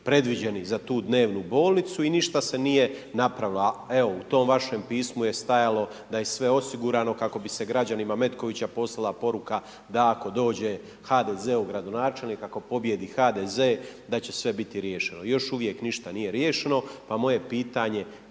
predviđeni za tu dnevnu bolnicu i ništa se nije napravilo. A evo, u tom vašem pismu je stajalo da je sve osigurano kako bi se građanima Metkovića poslala poruka da ako dođe HDZ-ov gradonačelnik, ako pobjedi HDZ da će sve biti riješeno. Još uvijek ništa nije riješeno, pa moje pitanje.